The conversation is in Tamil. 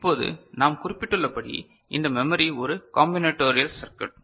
இப்போது நாம் குறிப்பிட்டுள்ளபடி இந்த மெமரி ஒரு காம்பினேடோரியல் சர்க்யூட்